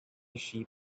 sheep